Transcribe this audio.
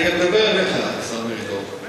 אני גם מדבר אליך, השר מרידור.